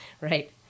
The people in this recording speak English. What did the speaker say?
right